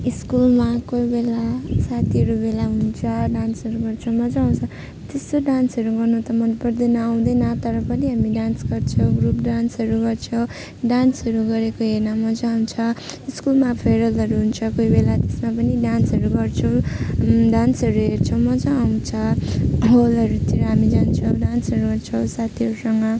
स्कुलमा कोही बेला साथीहरू भेला हुन्छ डान्सहरू गर्छौँ मजा आउँछ त्यस्तो डान्सहरू गर्नु त मनपर्दैन आउँदैन तर पनि हामी डान्स गर्छौँ ग्रुप डान्सहरू गर्छौँ डान्सहरू गरेको हेर्न मजा आउँछ स्कुलमा फेयरवेलहरू हुन्छ कोही बेला त्यसमा पनि डान्सहरू गर्छु डान्सहरू हेर्छु मजा आउँछ हलहरू तिर हामी जान्छौँ डान्सहरू हेर्छौँ साथीहरूसँग